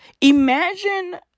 imagine